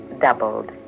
doubled